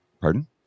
Pardon